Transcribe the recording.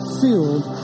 filled